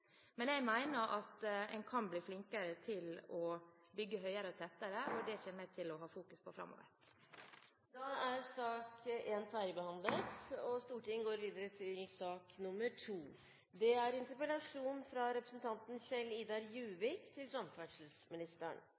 Men jeg mener at en kan bli flinkere til å bygge høyere og tettere, og det kommer jeg til å fokusere på framover. Da er sak nr. 1 ferdigbehandlet. «Trailere i vinterland» har jeg valgt å kalle dette. Et økende antall trailere skaper store bekymringer og er